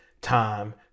time